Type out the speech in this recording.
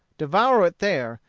devour it there,